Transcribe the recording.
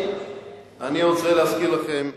אני רוצה להזכיר לכם עכשיו,